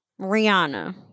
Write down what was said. Rihanna